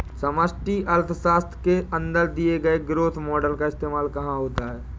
समष्टि अर्थशास्त्र के अंदर दिए गए ग्रोथ मॉडेल का इस्तेमाल कहाँ होता है?